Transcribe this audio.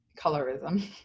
colorism